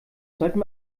sollten